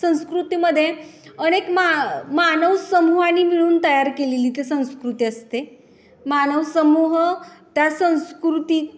संस्कृतीमध्ये अनेक मा मानव समूहाने मिळून तयार केलेली ती संस्कृती असते मानव समूह त्या संस्कृती